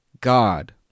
God